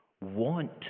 want